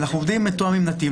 אנחנו עומדים בתיאום עם נתיב.